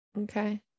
okay